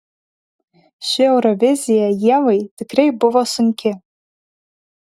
ši eurovizija ievai tikrai buvo sunki